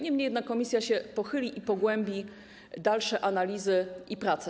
Niemniej jednak Komisja się pochyli i pogłębi dalsze analizy i prace.